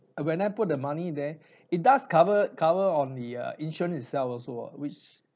uh when I put the money there it does cover cover on the uh insurance itself also ah which